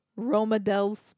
Romadels